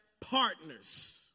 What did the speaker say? partners